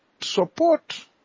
support